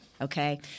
okay